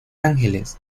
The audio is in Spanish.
ángeles